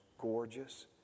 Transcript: gorgeous